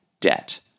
debt